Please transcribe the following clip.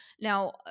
Now